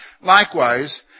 Likewise